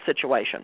situation